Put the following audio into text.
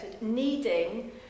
needing